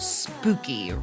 spooky